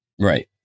right